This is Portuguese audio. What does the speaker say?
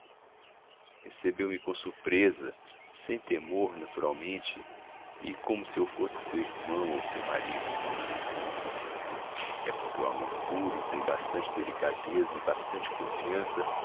sala recebeu-me com surpresa sem temor naturalmente e como se eu fosse seu irmão ou seu marido é porque o amor puro tem bastante delicadeza e bastante confiança